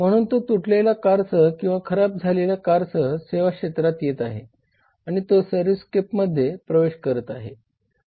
म्हणून तो तुटलेल्या कारसह किंवा खराब झालेल्या कारसह सेवा क्षेत्रात येत आहे आणि तो सर्व्हिसस्केपमध्ये प्रवेश करत आहे